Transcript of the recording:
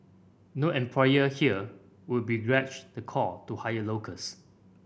no employer here would begrudge the call to hire locals